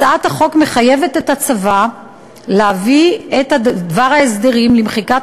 הצעת החוק מחייבת את הצבא להביא את דבר ההסדרים למחיקת